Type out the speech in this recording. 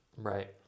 Right